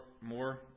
more